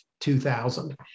2000